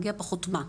פחות מה?